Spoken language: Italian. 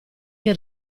che